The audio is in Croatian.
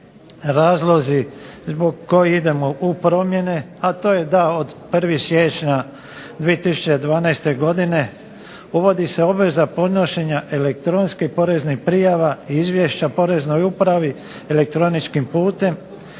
razlozi zbog kojih idemo u promjene, a to je da od 31. siječnja 2012. godine uvozi se obaveza podnošenja elektronske porezne prijava i izvješća Poreznoj upravi elektroničkim putem.